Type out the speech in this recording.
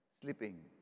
Sleeping